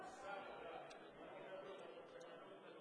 חברת הכנסת חנין זועבי,